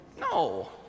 No